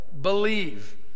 believe